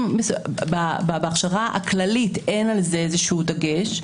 בהכשרה הכללית אין על זה דגש.